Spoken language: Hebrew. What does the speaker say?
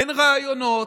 אין ראיונות,